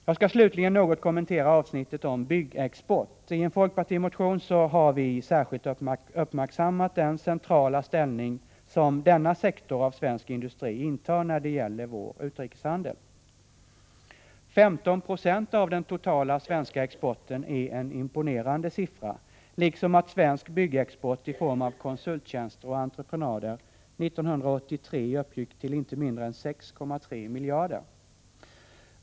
Jag skall slutligen något kommentera avsnittet om byggexport. I en folkpartimotion har vi särskilt uppmärksammat den centrala ställning som byggsektorn av svensk industri intar när det gäller vår utrikeshandel. 15 96 av den totala svenska exporten är en imponerande siffra. Imponerande är det också att svensk byggexport i form av konsulttjänster och entreprenader 1983 uppgick till inte mindre än 6,3 miljarder.